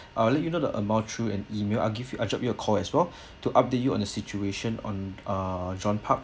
I'll let you know the amount through an email I'll give you I'll drop you a call as well to update you on the situation on uh john park